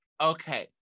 Okay